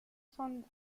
son